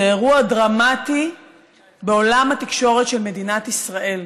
זה אירוע דרמטי בעולם התקשורת של מדינת ישראל.